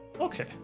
Okay